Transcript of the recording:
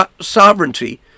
sovereignty